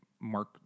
Mark